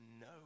no